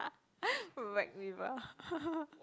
whack people